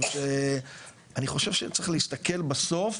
אני חושב שצריך להסתכל בסוף,